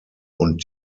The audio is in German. und